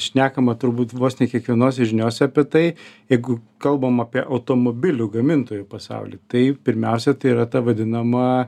šnekama turbūt vos ne kiekvienose žiniose apie tai jeigu kalbam apie automobilių gamintojų pasaulį tai pirmiausia tai yra ta vadinama